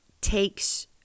takes